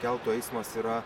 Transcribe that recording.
keltų eismas yra